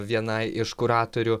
vienai iš kuratorių